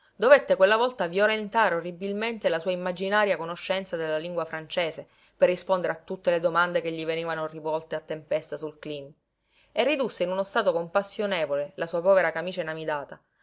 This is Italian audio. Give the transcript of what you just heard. dovette quella volta violentare orribilmente la sua immaginaria conoscenza della lingua francese per rispondere a tutte le domande che gli venivano rivolte a tempesta sul cleen e ridusse in uno stato compassionevole la sua povera camicia inamidata